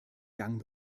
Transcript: gang